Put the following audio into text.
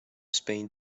spain